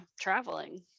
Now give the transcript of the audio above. traveling